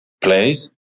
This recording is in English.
place